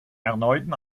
erneuten